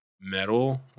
metal